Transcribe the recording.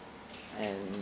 and